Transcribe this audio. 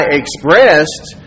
expressed